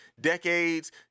decades